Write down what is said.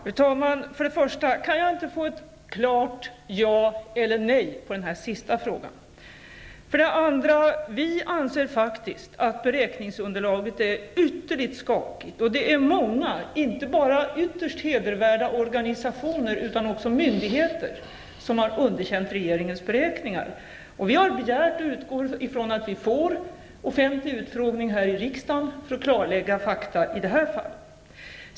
Fru talman! För det första: Kan jag inte få ett klart ja eller nej på den sista frågan? För det andra: Vi anser att beräkningsunderlaget är ytterligt skakigt, och det är många -- inte bara ytterst hedervärda organisationer, utan också myndigheter -- som har underkänt regeringens beräkningar. Vi har begärt, och utgår från att vi får, en offentlig utfrågning här i riksdagen för att klarlägga fakta i det här fallet.